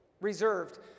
reserved